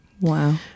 Wow